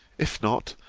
if not,